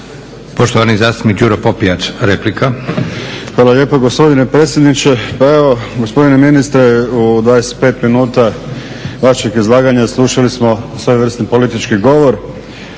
Poštovani zastupnik Đuro Popijač, replika. **Popijač, Đuro (HDZ)** Hvala lijepa gospodine predsjedniče. Pa evo gospodine ministre u 25 minuta vašeg izlaganja slušali smo svojevrsni politički govor